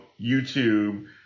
YouTube